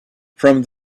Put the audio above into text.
from